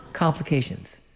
complications